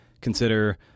consider